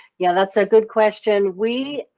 yeah, that's a good question. we